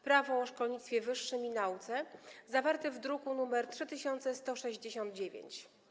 Prawo o szkolnictwie wyższym i nauce, druk nr 3169.